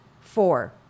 Four